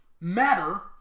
matter